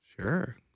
sure